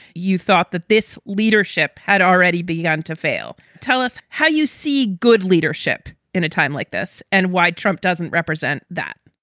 you thought that this leadership had already begun to fail. tell us how you see good leadership in a time like this and why trump doesn't represent that